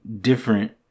different